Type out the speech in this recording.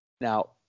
Now